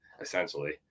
essentially